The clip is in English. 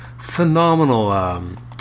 phenomenal